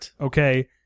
okay